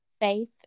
Faith